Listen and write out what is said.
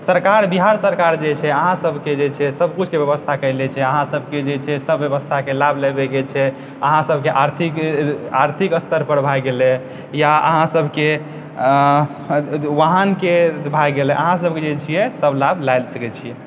सरकार बिहार सरकार जे छै अहाँ सबके जे छै सब कुछके व्यवस्था कयले छै अहाँ सभकेँ जे छै से सब व्यवस्थाके लाभ लेवे के छै आओर अहाँ सभके आर्थिक आर्थिक स्तरपर भए गेलै या अहाँ सभके वाहनके भए गेलै अहाँ सभ जे छियै ई सभकेँ लाभ लए सकै छियै